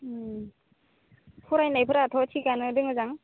फरायनायफोराथ' थिगानो दङ दां